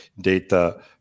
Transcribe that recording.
data